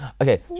Okay